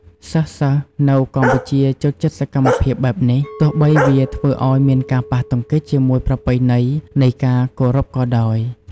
សិស្សៗនៅកម្ពុជាចូលចិត្តសកម្មភាពបែបនេះ ទោះបីវាធ្វើឲ្យមានការប៉ះទង្គិចជាមួយប្រពៃណីនៃការគោរពក៏ដោយ។